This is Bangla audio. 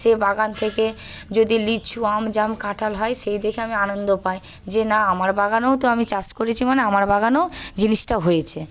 সেই বাগান থেকে যদি লিচু আম জাম কাঁঠাল হয় সেই দেখে আমি আনন্দ পাই যে না আমার বাগানেও তো আমি চাষ করেছি মানে আমার বাগানেও জিনিসটা হয়েছে